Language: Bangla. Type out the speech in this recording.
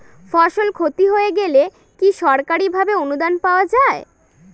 ফসল ক্ষতি হয়ে গেলে কি সরকারি ভাবে অনুদান পাওয়া য়ায়?